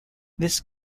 this